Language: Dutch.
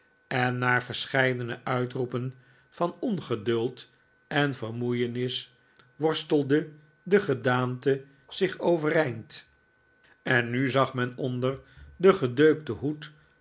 en na verscheidene uitroepen van ongeduld en vermoeienis worstelde de gedaante zich overeind en nu zag men onder den gedeukten hoed